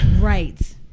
Right